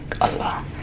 Allah